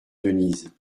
denise